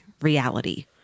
reality